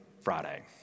Friday